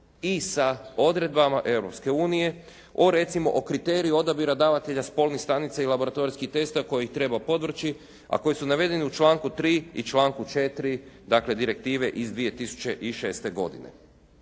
i sa odredbama Europske unije o recimo, o kriteriju odabira davatelja spolnih stanica i laboratorijskih testova koji ih treba podvrći a koji su navedeni u članku 3. i članku 4. dakle direktive iz 2006. godine.